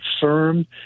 firm